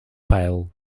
pale